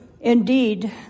Indeed